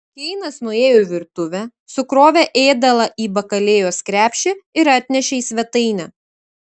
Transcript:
keinas nuėjo į virtuvę sukrovė ėdalą į bakalėjos krepšį ir atnešė į svetainę